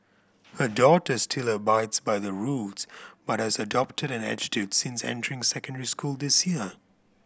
her daughter still abides by the rules but has adopted an attitude since entering secondary school this year